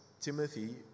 Timothy